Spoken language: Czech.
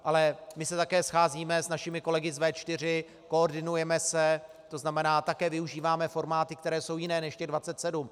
Ale my se také scházíme s našimi kolegy z V4, koordinujeme se, to znamená, také využíváme formáty, které jsou jiné než ty 27.